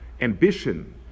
ambition